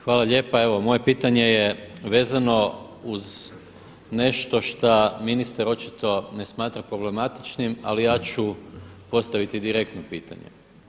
Hvala lijepa, evo moje pitanje je vezano uz nešto šta ministar očito ne smatra problematičnim ali ja ću postaviti direktno pitanje.